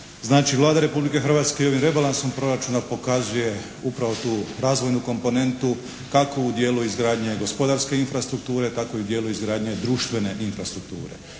Znači, Vlada Republike Hrvatske i ovim rebalansom proračuna pokazuje upravo tu razvojnu komponentu kako u dijelu izgradnje gospodarske infrastrukture tako i u dijelu izgradnje društvene infrastrukture.